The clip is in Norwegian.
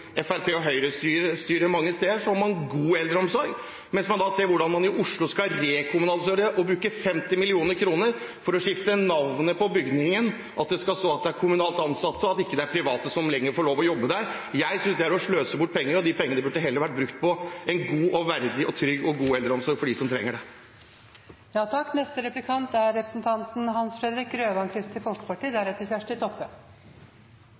Fremskrittspartiet og Høyre styrer, har god eldreomsorg, mens man i Oslo skal rekommunalisere og bruke 50 mill. kr for å skifte navn på bygninger, at det skal stå at det er kommunalt ansatte, og at private ikke lenger får jobbe der. Jeg synes det er å sløse bort penger. De pengene burde heller vært brukt på en god, verdig og trygg eldreomsorg for dem som trenger det. Regjeringen har varslet endringer i investeringstilskuddsordningen for sykehjem og heldøgns omsorg fra 2021, slik at kommunene ikke får statlig tilskudd til å renovere og utvikle eksisterende plasser om de ikke bygger nye. Dette kan slå veldig feil ut. Kristelig Folkeparti